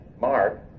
Mark